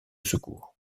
secours